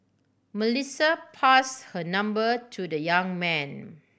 Melissa pass her number to the young man